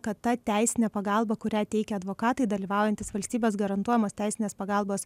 kad ta teisinė pagalba kurią teikia advokatai dalyvaujantys valstybės garantuojamos teisinės pagalbos